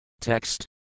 Text